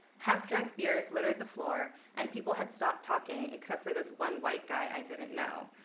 half-drunk beers littered the floor, and people had stopped talking except for this one white guy i didn't know.